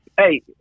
hey